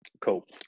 Cool